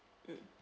mm